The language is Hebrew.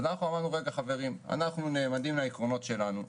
אמרנו שאנחנו נאמנים לעקרונות שלנו,